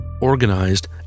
organized